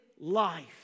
life